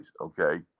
okay